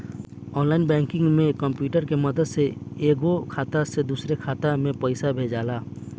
online banking में computer के मदद से एगो खाता से दोसरा खाता में पइसा भेजाला